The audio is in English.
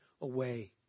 away